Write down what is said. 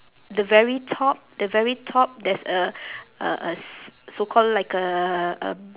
the very top the very top there's a uh uh s~ so called like a